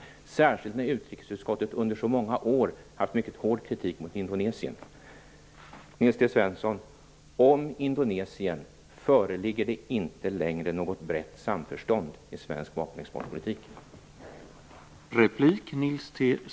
Detta särskilt som utrikesutskottet under så många år mycket hårt kritiserat Indonesien. Nils T Svensson! Det föreligger inte längre något brett samförstånd om Indonesien i svensk vapenexportpolitik.